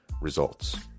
results